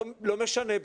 לא משנה,